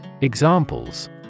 Examples